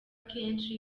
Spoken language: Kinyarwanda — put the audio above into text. akenshi